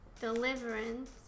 Deliverance